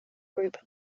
group